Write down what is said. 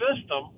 system